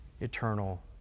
eternal